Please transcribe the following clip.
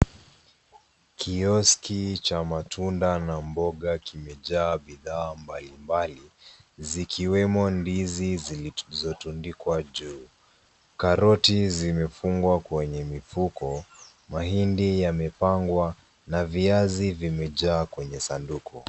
Kioski cha matunda na mboga kimejaa bidhaa mbalimbali zikiwemo ndizi zilizotundikwa juu, aroti zimefungwa kwenye mifuko, mahindi yamepangwa na viazi zimejaa kwenye sanduku.